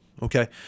okay